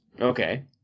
Okay